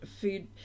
food